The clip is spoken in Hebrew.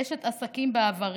אשת עסקים בעברי,